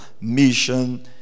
mission